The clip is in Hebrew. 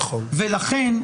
ולכן,